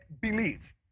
believe